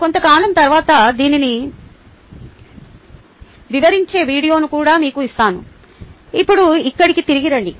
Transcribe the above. కొంతకాలం తర్వాత దీనిని వివరించే వీడియోను కూడా మీకు ఇస్తాను ఇప్పుడు ఇక్కడికి తిరిగి రండి